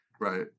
Right